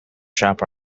shop